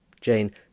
Jane